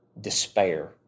despair